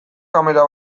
kamera